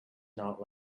not